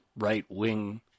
right-wing